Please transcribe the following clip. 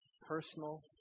personal